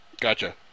Gotcha